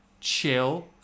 Chill